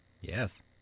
Yes